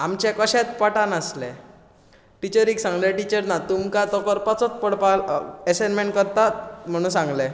आमचें कशेंत पटनासलें टिचरीक सांगल्यार टिचर ना तुमकां तो करपाचोच पडपा अ असानमेंट करपा म्हणून सांगलें